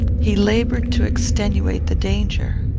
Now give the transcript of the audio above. he laboured to extenuate the danger.